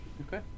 Okay